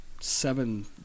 Seven